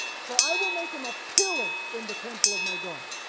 so i will make him a pillar in the temple of my god,